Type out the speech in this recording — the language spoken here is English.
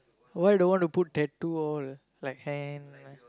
why don't want to put tattoo all like hand